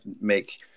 make